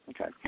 Okay